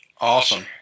Awesome